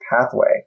pathway